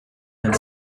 men